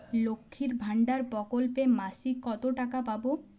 লক্ষ্মীর ভান্ডার প্রকল্পে মাসিক কত টাকা পাব?